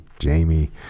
Jamie